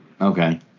Okay